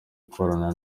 ikorana